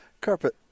carpet